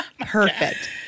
perfect